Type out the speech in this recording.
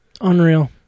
Unreal